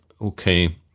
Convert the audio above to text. okay